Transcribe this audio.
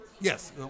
yes